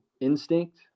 instinct